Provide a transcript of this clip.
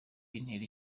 bintera